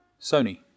Sony